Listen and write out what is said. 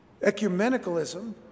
ecumenicalism